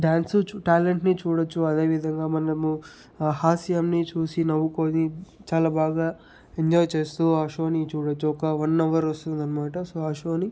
dance చూ ట్యాలెంట్ని చూడవచ్చు అదే విధంగా మనము హా హాస్యంని చూసి నవ్వుకొని చాలా బాగా ఎంజాయ్ చేస్తూ ఆ షోని చూడవచ్చు ఒక వన్ అవరు వస్తుందన్నమాట సో ఆ షోని